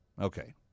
Okay